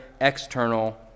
external